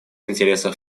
интересах